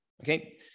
Okay